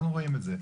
אנחנו רואים את זה.